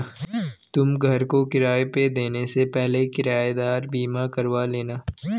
तुम घर को किराए पे देने से पहले किरायेदार बीमा करवा लेना